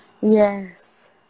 Yes